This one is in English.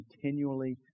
continually